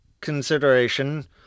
consideration